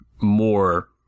more